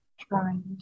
trying